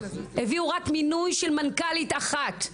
הביאו רק מינוי של מנכ"לית אחת,